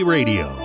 Radio